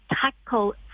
tackle